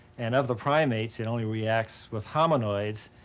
and of the primates, it only reacts with hominoids.